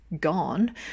gone